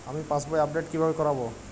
আমি পাসবই আপডেট কিভাবে করাব?